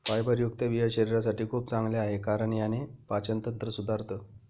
फायबरयुक्त बिया शरीरासाठी खूप चांगल्या आहे, कारण याने पाचन तंत्र सुधारतं